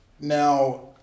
Now